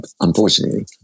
unfortunately